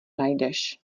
najdeš